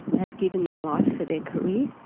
have given their life for their career,